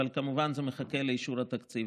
אבל כמובן שזה מחכה לאישור התקציב.